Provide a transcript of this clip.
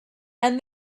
and